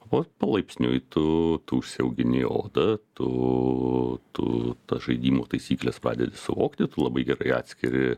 o palaipsniui tu tu užsiaugini odą tu tu žaidimo taisykles pradedi suvokti tu labai gerai atskiri